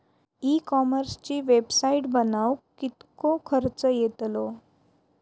E कॉमर्सची website बनवक किततो खर्च येतलो?